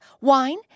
wine